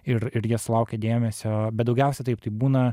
ir ir jie sulaukia dėmesio bet daugiausia taip tai būna